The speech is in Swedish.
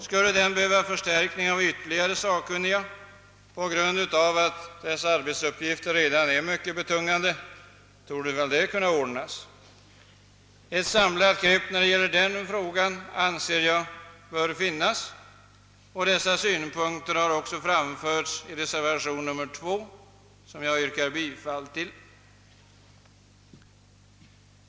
Skulle kommittén behöva ytterligare förstärkning av sakkunniga på grund av att arbetsuppgifterna redan är mycket betungande, torde detta kunna ordnas. Jag anser att ett samlat grepp bör tas på denna fråga, vilket även framförts i reservationen 2. Jag ber att få yrka bifall till denna reservation.